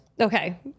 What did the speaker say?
Okay